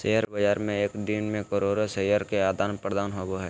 share बाज़ार में एक दिन मे करोड़ो शेयर के आदान प्रदान होबो हइ